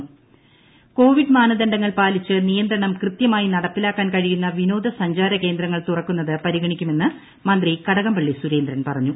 Kadakampally Surendran covid മാനദണ്ഡങ്ങൾ പാലിച്ച് നിയന്ത്രണം കൃത്യമായി നടപ്പിലാക്കാൻ കഴിയുന്ന വിനോദ സഞ്ചാര കേന്ദ്രങ്ങൾ തുറക്കുന്നത് പരിഗണിക്കുമെന്ന് മന്ത്രി കടകംപള്ളി സുരേന്ദ്രൻ പറഞ്ഞു